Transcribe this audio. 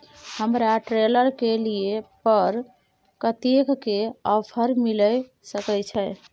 हमरा ट्रेलर के लिए पर कतेक के ऑफर मिलय सके छै?